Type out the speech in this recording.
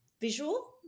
visual